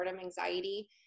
anxiety